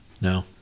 No